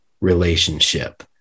relationship